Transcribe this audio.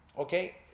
Okay